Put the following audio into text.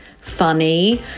funny